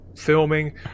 filming